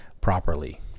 properly